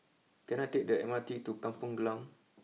can I take the M R T to Kampong Glam